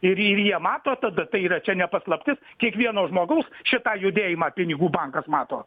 ir ir jie mato tada tai yra čia ne paslaptis kiekvieno žmogaus šitą judėjimą pinigų bankas mato